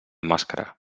màscara